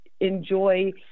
enjoy